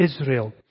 Israel